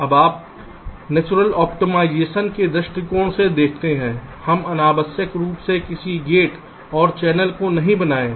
अब आप natural optimisation के दृष्टिकोण से देखते हैं हम अनावश्यक रूप से किसी गेट और चैनल को क्यों बनाएं